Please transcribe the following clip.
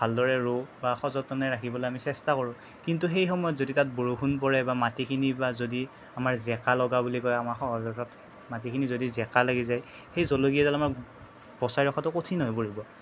ভালদৰে ৰোওঁ বা সযতনে ৰাখিবলৈ আমি চেষ্টা কৰোঁ কিন্তু সেই সময়ত যদি তাত বৰষুণ পৰে বা মাটিখিনি বা যদি আমাৰ জেকা লগা বুলি কয় আমাৰ সহজ ভাষাত মাটিখিনি যদি জেকা লাগি যায় সেই জলকীয়াডাল আমাৰ বচাই ৰখাটো কঠিন হৈ পৰিব